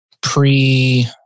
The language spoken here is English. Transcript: pre